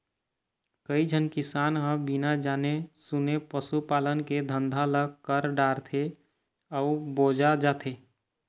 कइझन किसान ह बिना जाने सूने पसू पालन के धंधा ल कर डारथे अउ बोजा जाथे